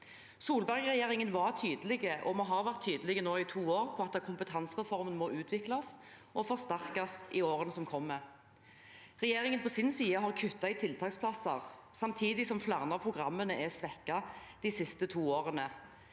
Solberg-regjeringen var tydelig, og vi har vært tydelige nå i to år på at kompetansereformen må utvikles og forsterkes i årene som kommer. Regjeringen har på sin side kuttet i tiltaksplasser, samtidig som flere av programmene er svekket de siste to årene.